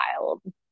wild